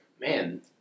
man